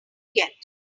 get